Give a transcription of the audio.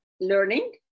learning